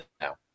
now